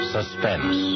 Suspense